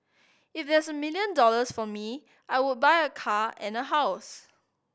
if there's a million dollars for me I would buy a car and a house